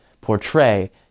portray